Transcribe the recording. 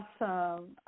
Awesome